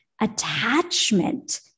attachment